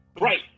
Right